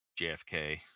JFK